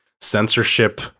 Censorship